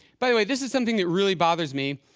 by the way, this is something that really bothers me.